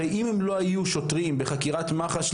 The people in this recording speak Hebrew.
הרי אם הם לא היו שוטרים וחקירת מח"ש,